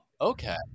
okay